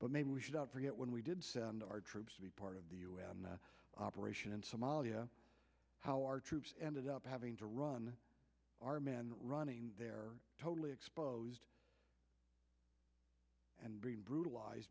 but maybe we should not forget when we did send our troops to be part of the us operation in somalia how our troops ended up having to run our men running there totally exposed and being brutalized